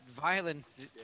violence